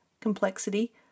complexity